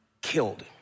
killed